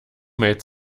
made